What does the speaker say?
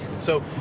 so,